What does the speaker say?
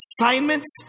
assignments